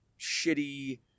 shitty